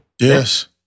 Yes